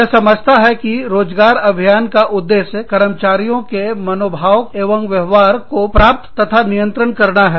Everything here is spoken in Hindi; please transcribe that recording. यह समझता है कि रोजगार अभियान का उद्देश्य कर्मचारी के मनोभाव एवं व्यवहार को प्राप्त तथा नियंत्रण करना है